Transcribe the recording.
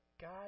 God